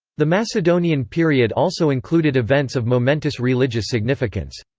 the macedonian period also included events of momentous religious significance.